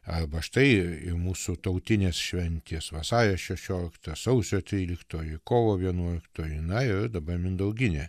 arba štai į mūsų tautinės šventės vasario šešiolikta sausio tryliktoji kovo vienuoliktoji na ir dabar mindauginė